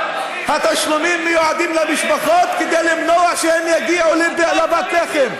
התשלומים מיועדים למשפחות כדי למנוע שהם יגיעו לפת לחם.